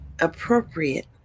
appropriate